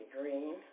Green